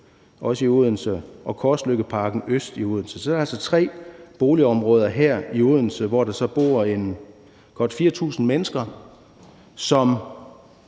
også i Odense, og Korsløkkeparken Øst i Odense. Så der er altså tre boligområder her i Odense, hvor der bor godt 4.000 mennesker, og